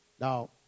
Now